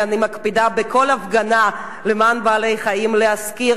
ואני מקפידה בכל הפגנה למען בעלי-חיים להזכיר